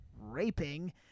raping